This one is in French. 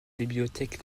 bibliothèque